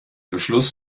beschluss